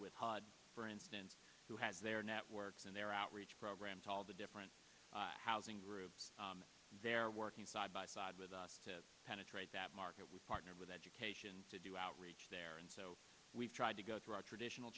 hud for instance who has their networks and their outreach programs all the different housing groups and they're working side by side with us to penetrate that market we partnered with education to do outreach there and so we've tried to go through our traditional